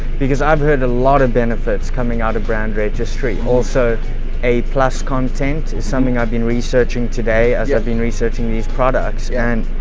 because i've heard a lot of benefits coming out of brand registry. also a content is something i've been researching today, as i've been researching these products, and